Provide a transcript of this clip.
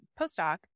postdoc